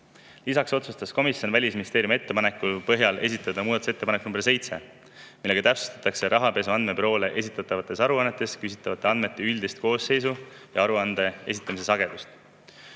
Lisaks otsustas komisjon Välisministeeriumi ettepaneku põhjal esitada muudatusettepaneku nr 7, millega täpsustatakse Rahapesu Andmebüroole esitatavates aruannetes küsitavate andmete üldist koosseisu ja aruande esitamise sagedust.